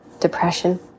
depression